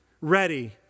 ready